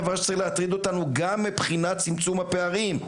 זה דבר שצריך להטריד אותנו גם מבחינת צמצום הפערים,